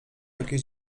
jakiejś